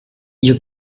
you